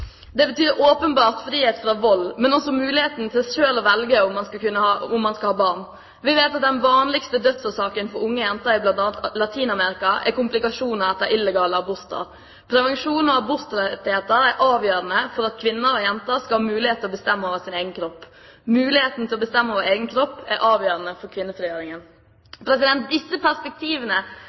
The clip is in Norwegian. Det betyr åpenbart frihet fra vold, men også muligheten til selv å kunne velge om man skal ha barn. Vi vet at den vanligste dødsårsaken for unge jenter i bl.a. Latin-Amerika er komplikasjoner etter illegale aborter. Prevensjon og abortrettigheter er avgjørende for at kvinner og jenter skal ha mulighet til å bestemme over sin egen kropp. Muligheten til å bestemme over egen kropp er avgjørende for kvinnefrigjøringen. Disse perspektivene,